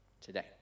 today